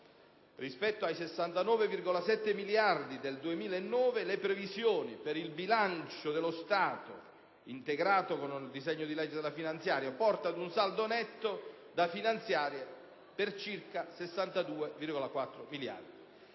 rispetto ai 69,7 miliardi del 2009, le previsioni per il bilancio dello Stato, integrato con il disegno di legge finanziaria, portano a un saldo netto da finanziare per circa 62,4 miliardi.